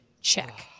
check